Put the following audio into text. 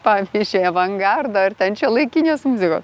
pavyzdžiui avangardo ar ten šiuolaikinės muzikos